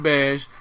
Bash